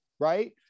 Right